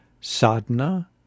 sadhana